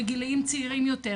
בגילאים צעירים יותר,